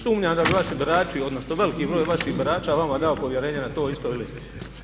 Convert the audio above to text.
Sumnjam da bi vaši birači odnosno veliki broj vaših birača vama dao povjerenje na toj istoj listi.